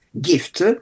gift